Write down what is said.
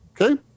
Okay